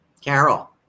Carol